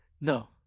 No